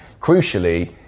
Crucially